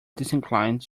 disinclined